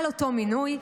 על אותו מינוי.